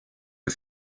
the